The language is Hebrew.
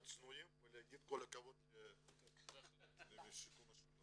צנועים ולהגיד כל הכבוד לשיקום השכונות.